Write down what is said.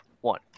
one